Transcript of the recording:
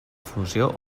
funció